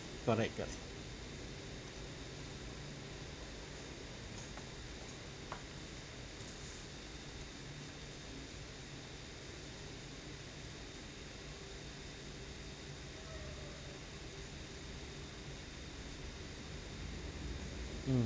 correct correct mm